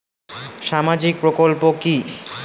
সামাজিক প্রকল্প কি?